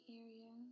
area